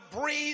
breathe